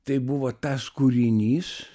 tai buvo tas kūrinys